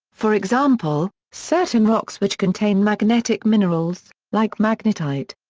for example, certain rocks which contain magnetic minerals, like magnetite.